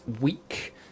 week